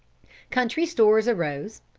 country stores arose,